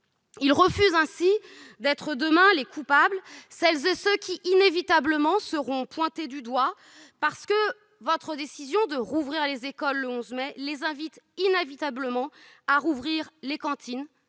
Ils refusent ainsi d'être demain les coupables, celles et ceux qui, inévitablement, seront pointés du doigt parce que votre décision de rouvrir les écoles le 11 mai les invite inévitablement à rouvrir les cantines,